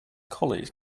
colleagues